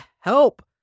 help